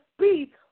speak